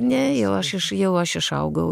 ne jau aš iš jau aš išaugau